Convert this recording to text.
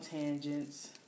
tangents